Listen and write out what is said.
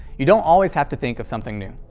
you don't always have to think of something new.